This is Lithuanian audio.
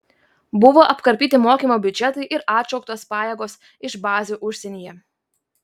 buvo apkarpyti mokymo biudžetai ir atšauktos pajėgos iš bazių užsienyje